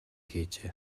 хийжээ